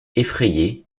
effrayée